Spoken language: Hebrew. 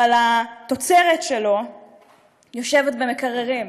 אבל התוצרת שלו יושבת במקררים.